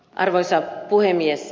arvoisa puhemies